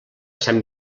sant